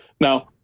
now